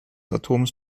atoms